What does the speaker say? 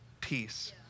peace